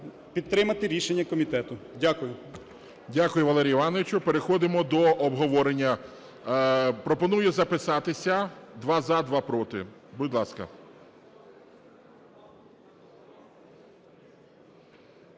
підтримати рішення комітету. Дякую. ГОЛОВУЮЧИЙ. Дякую, Валерію Івановичу. Переходимо до обговорення. Пропоную записатися: два – за, два –проти. Будь ласка.